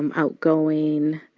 um outgoing,